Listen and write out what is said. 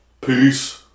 Peace